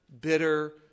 bitter